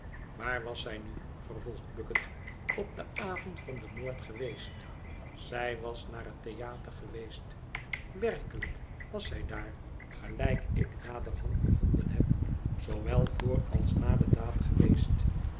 waar was zij nu vervolgt bucket op den avond van den moord geweest zij was naar het theater geweest werkelijk was zij daar gelijk ik naderhand bevonden heb zoowel voor als na de daad geweest